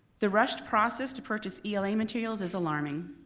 the rushed process to purchase ela materials is alarming.